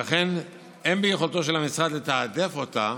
לכן, אין ביכולתו של המשרד לתעדף אותה